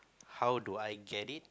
how do I get it